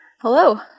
hello